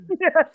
Yes